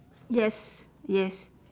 yes yes